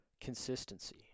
consistency